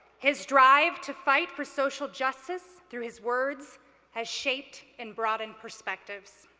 his drive to fight for social justice through his words has shaped and broadened perspectives.